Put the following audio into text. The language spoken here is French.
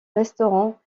restaurant